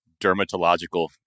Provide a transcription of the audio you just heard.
dermatological